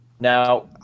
Now